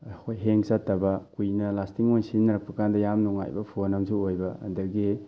ꯑꯩꯈꯣꯏ ꯍꯦꯡ ꯆꯠꯇꯕ ꯀꯨꯏꯅ ꯂꯥꯁꯇꯤꯡ ꯑꯣꯏꯅ ꯁꯤꯖꯤꯟꯅꯔꯛꯄꯀꯥꯟꯗ ꯌꯥꯝ ꯅꯨꯡꯉꯥꯏꯕ ꯐꯣꯟ ꯑꯝꯁꯨ ꯑꯣꯏꯕ ꯑꯗꯒꯤ